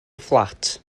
fflat